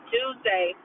Tuesday